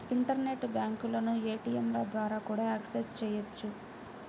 internet బ్యాంకులను ఏటీయంల ద్వారా కూడా యాక్సెస్ చెయ్యొచ్చు